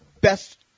best